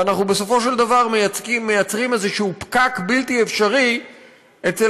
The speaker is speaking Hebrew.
ואנחנו בסופו של דבר מייצרים איזשהו פקק בלתי אפשרי אצל